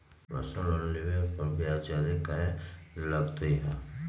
Personal loan लेबे पर ब्याज ज्यादा काहे लागईत है?